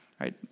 Right